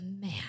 man